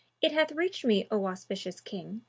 it hath reached me, o auspicious king,